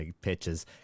pitches